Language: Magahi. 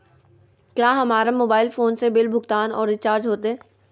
क्या हमारा मोबाइल फोन से बिल भुगतान और रिचार्ज होते?